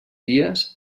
dies